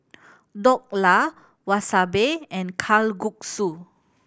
Dhokla Wasabi and Kalguksu